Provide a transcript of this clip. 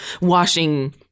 washing